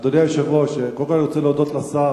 אדוני היושב-ראש, קודם כול, אני רוצה להודות לשר